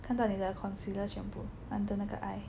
看到你的 concealer 全部 under 那个 eye